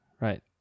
right